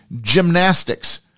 gymnastics